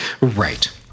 Right